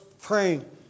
praying